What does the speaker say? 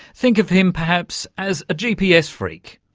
think of him perhaps as a gps phreak,